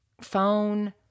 phone